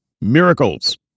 miracles